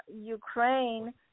Ukraine –